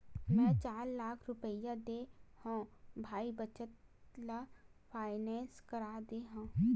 मै चार लाख रुपया देय हव भाई बचत ल फायनेंस करा दे हँव